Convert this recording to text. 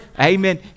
Amen